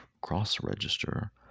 cross-register